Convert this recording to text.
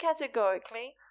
categorically